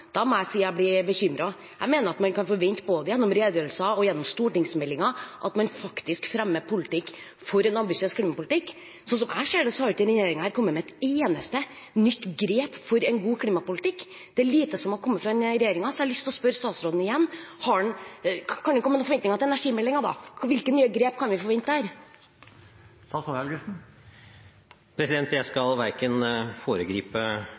Da må jeg si at jeg blir bekymret. Jeg mener at man kan forvente både gjennom redegjørelser og gjennom stortingsmeldinger at man faktisk fremmer politikk for en ambisiøs klimapolitikk. Sånn som jeg ser det, har ikke denne regjeringen kommet med et eneste nytt grep for en god klimapolitikk. Det er lite som har kommet fra denne regjeringen, så jeg har lyst til å spørre statsråden igjen: Kan vi komme med noen forventninger til energimeldingen da? Hvilke nye grep kan vi forvente